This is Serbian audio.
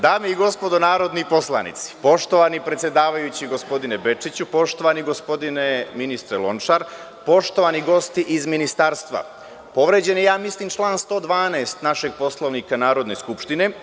Dame i gospodo narodni poslanici, poštovani predsedavajući, gospodine Bečiću, poštovani gospodine ministre Lončar, poštovani gosti iz ministarstva, povređen je, mislim, član 112. našeg Poslovnika Narodne skupštine.